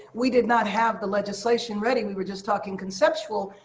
we did not have the legislation ready. we were just talking conceptual.